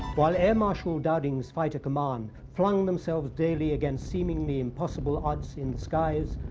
while air marshal dowding's fighting command flung themselves daily against seemingly impossible odds in the skies,